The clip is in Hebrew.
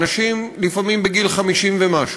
אנשים לפעמים בגיל 50 ומשהו,